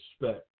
respect